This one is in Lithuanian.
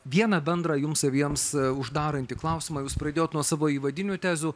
vieną bendrą jums abiems uždarantį klausimą jūs pradėjot nuo savo įvadinių tezių